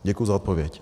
Děkuji za odpověď.